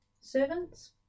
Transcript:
Servants